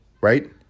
right